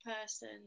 person